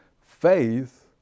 faith